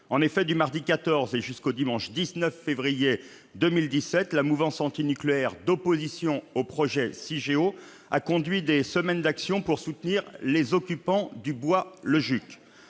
En effet, du mardi 14 au dimanche 19 février 2017, la mouvance antinucléaire d'opposition au projet CIGEO a conduit une semaine d'action pour soutenir les occupants du bois Lejuc.